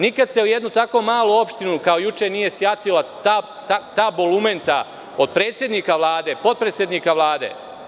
Nikad se u jednu tako malu opštinu, kao juče, nije sjatila ta bolumenta od predsednika Vlade, potpredsednika Vlade.